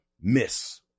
miss